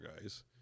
guys